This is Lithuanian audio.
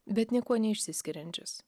bet niekuo neišsiskiriančias